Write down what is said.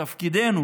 שתפקידנו